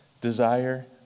desire